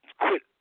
quit